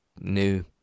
new